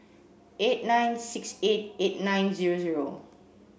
eight nine six eight eight nine zero zero